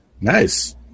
Nice